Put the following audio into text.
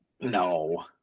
No